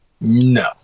No